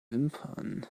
wimpern